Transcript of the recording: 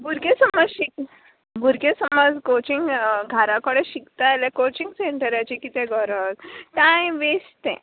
भुरगें समज शीक भुरगें समज कोचींग घारा कडें शिकता जाल्यार कोचींग सॅन्टराची कितें गरज टाय्म वेस्ट तें